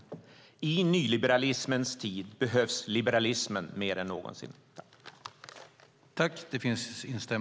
I nyliberalismens tid behövs liberalismen mer än någonsin. I detta anförande instämde Jacob Johnson .